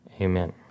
Amen